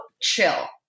chill